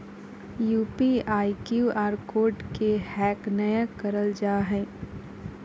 UPI, Q R code के hack नयय करल जा हइ